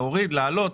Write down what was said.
להוריד או להעלות.